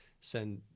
send